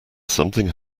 something